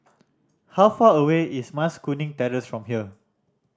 how far away is Mas Kuning Terrace from here